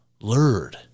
lured